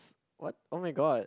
what [oh]-my-god